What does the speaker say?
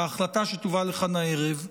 ההחלטה שתובא לכאן הערב,